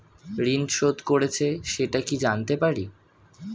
ঋণ শোধ করেছে সেটা কি জানতে পারি?